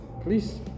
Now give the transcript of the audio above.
please